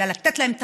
מצד שני,